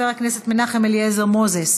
חבר הכנסת מנחם אליעזר מוזס,